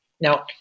Now